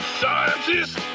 scientists